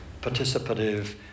participative